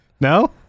No